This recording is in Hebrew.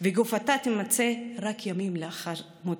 וגופתה תימצא רק ימים לאחר מותה,